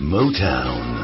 Motown